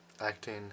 acting